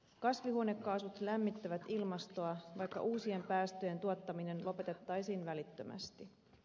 kasvihuonekaasut lämmittävät ilmastoa vaikka uusien päästöjen tuottaminen lopetettaisiin välittömästi